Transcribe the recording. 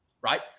right